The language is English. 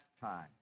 time